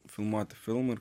filmuoti filmą ir